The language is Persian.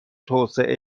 توسعه